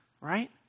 right